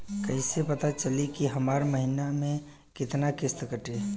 कईसे पता चली की हमार महीना में कितना किस्त कटी?